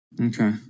Okay